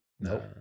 No